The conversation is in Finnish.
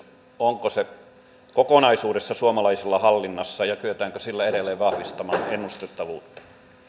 onko se kokonaisuutena suomalaisilla hallinnassa ja kyetäänkö silloin edelleen vahvistamaan ennustettavuutta ministeri